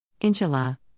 Inshallah